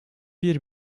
bir